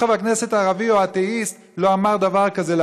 שום חבר כנסת ערבי או אתאיסט לא אמר דבר כזה,